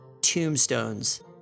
tombstones